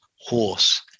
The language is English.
horse